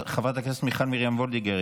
חברת הכנסת מיכל מרים וולדיגר,